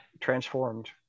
transformed